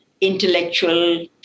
intellectual